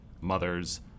mothers